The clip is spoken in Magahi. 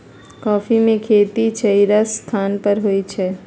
कॉफ़ी में खेती छहिरा स्थान पर होइ छइ